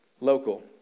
local